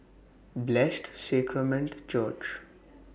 Blessed Sacrament Church